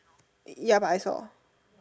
ya but I saw